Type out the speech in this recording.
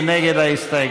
מי נגד ההסתייגות?